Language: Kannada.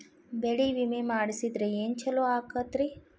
ಬೆಳಿ ವಿಮೆ ಮಾಡಿಸಿದ್ರ ಏನ್ ಛಲೋ ಆಕತ್ರಿ?